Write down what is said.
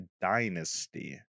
dynasty